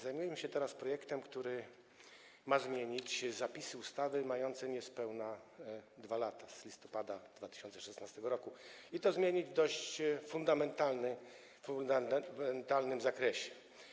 Zajmujemy się teraz projektem, który ma zmienić zapisy ustawy mającej niespełna 2 lata, z listopada 2016 r., i to zmienić w dość fundamentalnym zakresie.